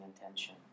intention